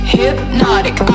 hypnotic